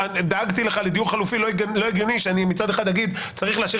דאגתי לך לדיור חלופי אז לא הגיוני שמצד אחד אני אגיד שצריך להשאיר